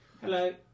Hello